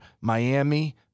Miami